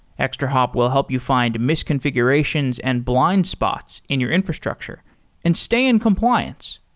extrahop will help you find misconfigurations and blind spots in your infrastructure and stay in compliance.